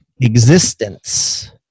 existence